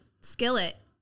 Skillet